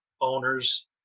owners